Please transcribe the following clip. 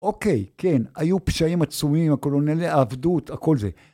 אוקיי, כן, היו פשעים עצומים, הקולונליה, העבדות, הכל זה.